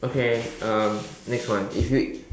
okay um next one if you